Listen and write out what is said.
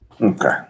Okay